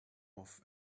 off